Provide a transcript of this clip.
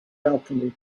alchemy